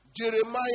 Jeremiah